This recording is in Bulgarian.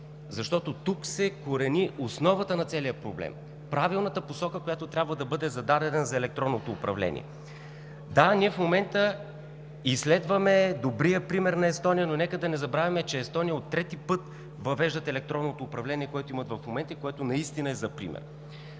защото тук се корени основата на целия проблем – правилната посока, която трябва да бъде зададена за електронното управление. Да, ние в момента изследваме добрия пример на Естония, но нека да не забравяме, че в Естония от третия път въвеждат електронното управление, което имат в момента и което наистина е за пример.